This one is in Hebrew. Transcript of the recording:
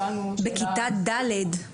שאלנו שאלה -- בכיתה ד'?